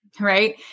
Right